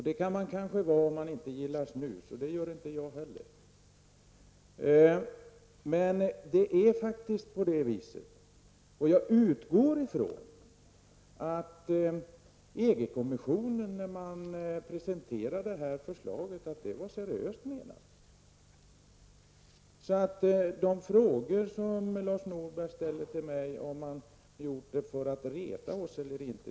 Det kan man kanske vara om man inte gillar snus -- det gör inte heller jag -- men jag utgår ifrån att EG-kommissionens presentation av det här förslaget var seriöst menad. Lars Norberg ställde till mig frågan om jag trodde att EG-förbudet föreslagits för att reta oss svenskar.